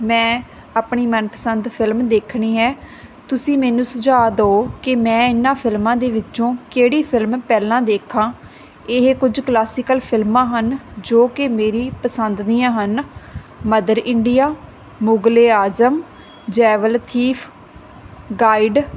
ਮੈਂ ਆਪਣੀ ਮਨ ਪਸੰਦ ਫਿਲਮ ਦੇਖਣੀ ਹੈ ਤੁਸੀਂ ਮੈਨੂੰ ਸੁਝਾ ਦੋ ਕਿ ਮੈਂ ਇਹਨਾਂ ਫਿਲਮਾਂ ਦੇ ਵਿੱਚੋਂ ਕਿਹੜੀ ਫਿਲਮ ਪਹਿਲਾਂ ਦੇਖਾਂ ਇਹ ਕੁਝ ਕਲਾਸਿਕਲ ਫਿਲਮਾਂ ਹਨ ਜੋ ਕਿ ਮੇਰੀ ਪਸੰਦ ਦੀਆਂ ਹਨ Mother India Mughal e Azam Jewel Thief guide